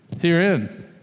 herein